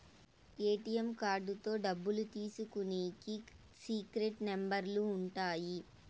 ATM కార్డుతో డబ్బులు తీసుకునికి సీక్రెట్ నెంబర్లు ఉంటాయి